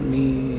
आणि